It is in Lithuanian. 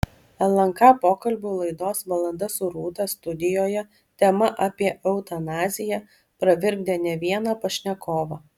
lnk pokalbių laidos valanda su rūta studijoje tema apie eutanaziją pravirkdė ne vieną pašnekovą